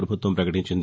ప్రభుత్వం ప్రకటించింది